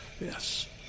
Yes